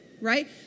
right